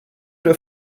der